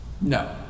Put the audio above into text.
No